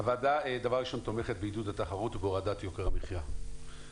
הוועדה תומכת בעידוד התחרות ובהורדת יוקר המחיה.